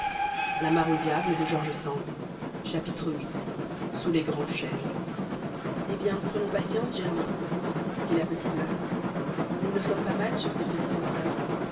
viii sous les grands chenes eh bien prenons patience germain dit la petite marie nous ne sommes pas mal sur cette petite hauteur